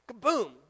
Kaboom